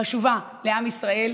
חשובה לעם ישראל.